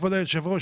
כבוד היושב-ראש,